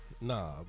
Nah